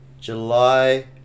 July